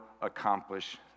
accomplish